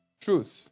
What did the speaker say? truth